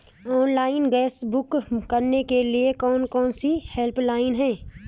Online gas book करने के लिए कौन कौनसी हेल्पलाइन हैं?